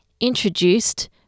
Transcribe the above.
introduced